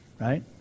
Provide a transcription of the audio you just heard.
right